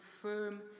firm